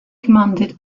commanded